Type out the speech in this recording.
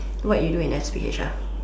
what you do in S_P_H ah